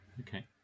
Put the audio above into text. okay